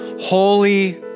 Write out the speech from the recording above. Holy